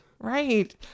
right